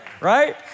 right